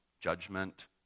judgment